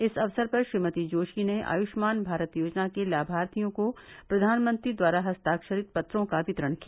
इस अवसर पर श्रीमती जोशी ने आयुष्मान भारत योजना के लाभार्थियों को प्रधानमंत्री द्वारा हस्ताक्षरित पत्रों का वितरण किया